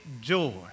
joy